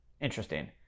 interesting